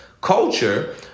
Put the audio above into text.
culture